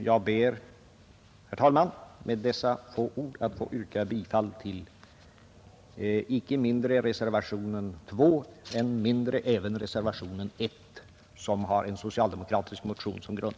Jag ber, herr talman, med dessa få ord att få yrka bifall till icke mindre reservationen 2 än även reservationen 1, som har en socialdemokratisk motion som grund.